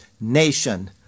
nation